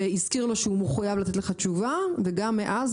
והזכיר לו שהוא מחויב לתת לך תשובה וגם מאז,